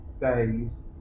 days